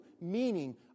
meaning